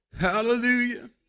Hallelujah